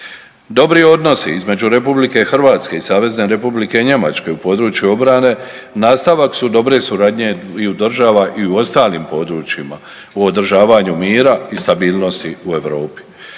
Dobri odnosi između RH i SR Njemačke u području obrane, nastavak su dobre suradnje dviju država i u ostalim područjima, u održavanju mira i stabilnosti u Europi.